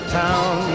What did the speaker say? town